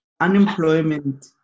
unemployment